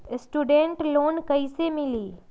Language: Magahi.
स्टूडेंट लोन कैसे मिली?